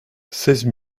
seize